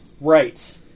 Right